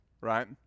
right